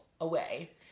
away